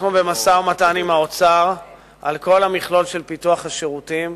אנחנו במשא-ומתן עם האוצר על כל המכלול של פיתוח השירותים,